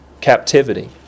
captivity